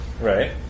Right